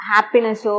Happiness